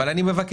אבל אני מבקש,